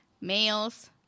Males